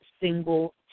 single